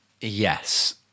yes